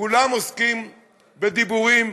כולם עוסקים בדיבורים.